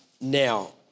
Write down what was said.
Now